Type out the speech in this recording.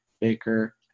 Baker